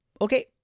okay